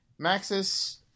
Maxis